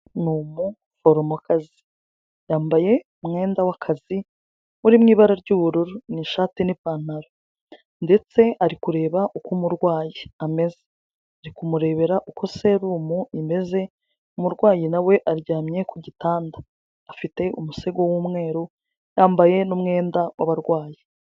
Ni umuforomokazi, yambaye umwenda w'akazi uri mu ibara ry'ubururu, ni ishati n'ipantaro ndetse ari kureba uko umurwayi ameze, ari kumurebera uko serumu imeze, umurwayi na we aryamye ku gitanda, afite umusego w'umweru, yambaye n'umwenda w'abarwayi.